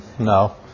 No